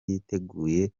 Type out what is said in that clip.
yiteguye